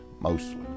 mostly